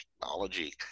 technology